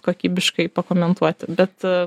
kokybiškai pakomentuoti bet